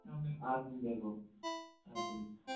मैं आता हूँ देखो आता हूँ